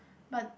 but